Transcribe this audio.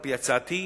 על-פי הצעתי,